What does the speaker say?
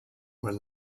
were